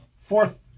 fourth